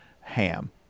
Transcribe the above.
ham